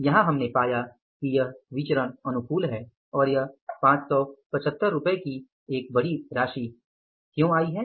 यहाँ हमने पाया कि यह विचरण अनुकूल है और यह 575 रूपए की एक बड़ी राशि क्यों है